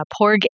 porg